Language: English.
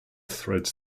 threads